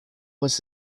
was